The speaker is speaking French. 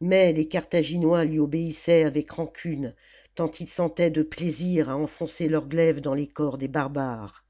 mais les carthaginois lui obéissaient avec rancune tant ils sentaient de plaisir à enfoncer leurs glaives dans les corps des barbares